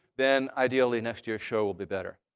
then ideally next year's show will be better.